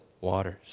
waters